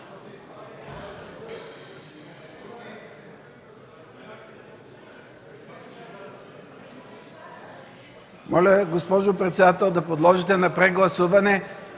Моля Ви, господин председател, да подложите на прегласуване